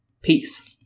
Peace